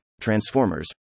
Transformers